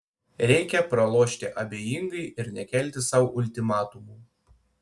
reikia pralošti abejingai ir nekelti sau ultimatumų